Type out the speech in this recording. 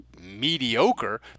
mediocre